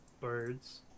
birds